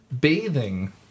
Bathing